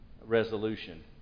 resolution